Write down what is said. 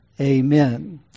Amen